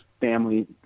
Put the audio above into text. family